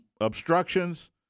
obstructions